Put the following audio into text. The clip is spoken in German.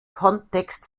kontext